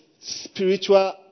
spiritual